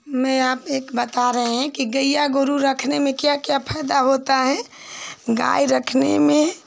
मैं आप एक बता रहे हैं कि गैया गोरू रखने में क्या क्या फ़ायदा होता है गाय रखने में